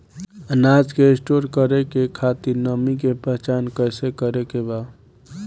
अनाज के स्टोर करके खातिर नमी के पहचान कैसे करेके बा?